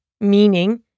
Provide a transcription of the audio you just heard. Meaning